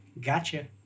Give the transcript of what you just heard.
gotcha